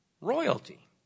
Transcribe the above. royalty